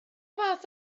fath